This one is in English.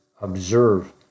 observe